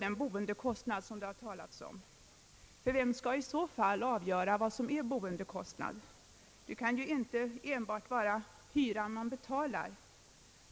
den bostadskostnad som det har talats om. Vem skall i så fall avgöra vad som är bostadskostnad? Det kan ju inte enbart vara den hyra som man betalar.